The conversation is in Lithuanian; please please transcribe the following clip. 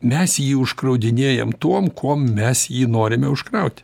mes jį užkraudinėjam tuom kuom mes jį norime užkrauti